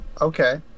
Okay